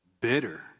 bitter